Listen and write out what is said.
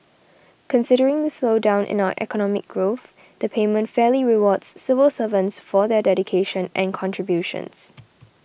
considering the slowdown in our economic growth the payment fairly rewards civil servants for their dedication and contributions